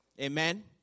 Amen